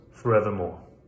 forevermore